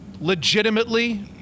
legitimately